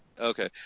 Okay